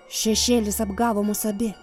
šešėlis apgavo mus abi